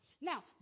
Now